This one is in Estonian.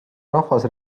rahvas